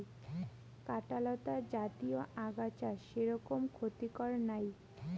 কাঁটালতা জাতীয় আগাছা সেরকম ক্ষতিকর নাই